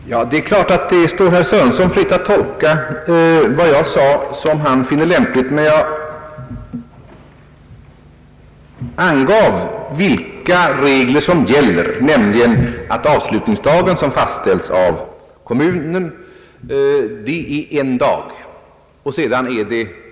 Herr talman! Det är klart att det står herr Sörenson fritt att tolka vad jag sade så som han finner lämpligt. Men jag angav vilken regel som gäller, nämligen att tiden för avslutning som fastställs av kommunen är en dag.